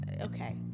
okay